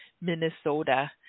Minnesota